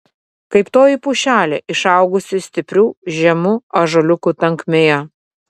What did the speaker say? kaip toji pušelė išaugusi stiprių žemų ąžuoliukų tankmėje